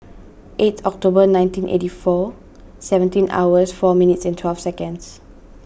eight October nineteen eighty four seventeen hours four minutes and twelve seconds